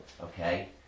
okay